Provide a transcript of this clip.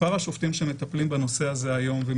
מספר השופטים שמטפלים בנושא הזה היום ו-